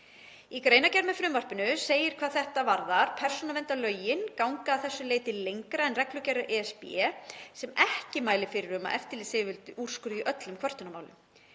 Í greinargerð með frumvarpinu segir hvað þetta varðar: „Persónuverndarlögin ganga að þessu leyti lengra en reglugerð (ESB) 2016/679, sem ekki mælir fyrir um að eftirlitsyfirvöld úrskurði í öllum kvörtunarmálum.